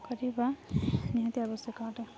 କରିବା ନିହାତି ଆବଶ୍ୟକ